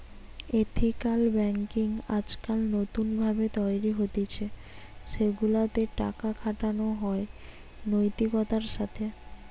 ethical banking আজকাল নতুন ভাবে তৈরী হতিছে সেগুলা তে টাকা খাটানো হয় নৈতিকতার সাথে